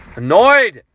annoyed